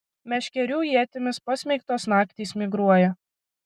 meškerių ietimis pasmeigtos naktys migruoja